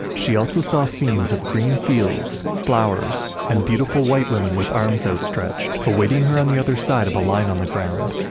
she also saw scenes of green fields, flowers, and beautiful white women with arms outstretched awaiting her on the other side of a line on the ground.